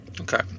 Okay